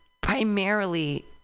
primarily